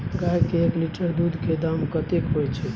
गाय के एक लीटर दूध के दाम कतेक होय छै?